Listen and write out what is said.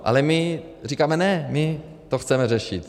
Ale my říkáme ne, my to chceme řešit.